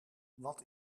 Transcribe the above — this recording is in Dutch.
wat